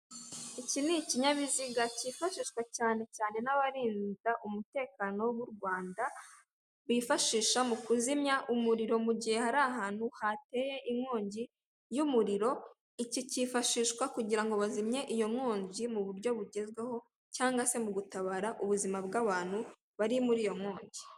Iki ni ikinyabiziga cyifashishwa cyane cyane n'abarinda umutekano w'u Rwanda, bifashisha mu kuzimya umuriro mu gihe hari ahantu hateye inkongi y'umuriro, iki cyifashishwa kugira ngo bazimye iyo nkongi mu buryo bugezweho, cyangwa se mu gutabara ubuzima bw'abantu bari muri iyo nkongi.